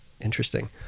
Interesting